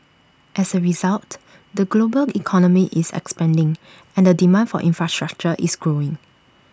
as A result the global economy is expanding and the demand for infrastructure is growing